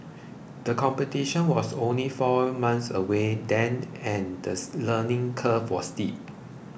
the competition was only four months away then and this learning curve was steep